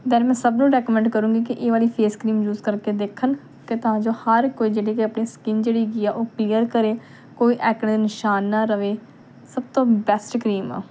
then ਮੈਂ ਸਭ ਨੂੰ ਰੈਕਮੈਂਡ ਕਰੂੰਗੀ ਕਿ ਇਹ ਵਾਲੀ ਫੇਸ ਕਰੀਮ ਯੂਜ ਕਰਕੇ ਦੇਖਣ ਅਤੇ ਤਾਂ ਜੋ ਹਰ ਕੋਈ ਜਿਹੜੀ ਕਿ ਆਪਣੀ ਸਕਿੰਨ ਜਿਹੜੀ ਹੈਗੀ ਆ ਉਹ ਕਲੀਅਰ ਕਰੇ ਕੋਈ ਐਕਨੇ ਦੇ ਨਿਸ਼ਾਨ ਨਾ ਰਹੇ ਸਭ ਤੋਂ ਬੈਸਟ ਕਰੀਮ ਆ